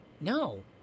No